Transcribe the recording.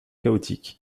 chaotique